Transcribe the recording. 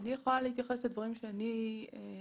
אני יכולה להתייחס לדברים שאני אומרת.